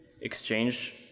exchange